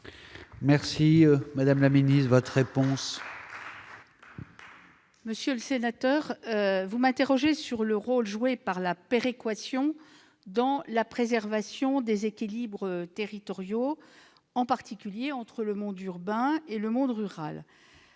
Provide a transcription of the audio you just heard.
est à Mme la ministre. Monsieur le sénateur, vous m'interrogez sur le rôle joué par la péréquation dans la préservation des équilibres territoriaux, en particulier entre le monde urbain et le monde rural.